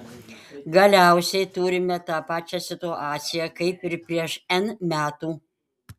galiausiai turime tą pačią situaciją kaip ir prieš n metų